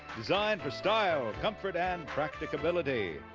designed for style, ah comfort and practicability.